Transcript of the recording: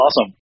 awesome